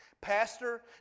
Pastor